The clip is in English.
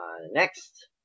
Next